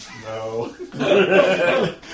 No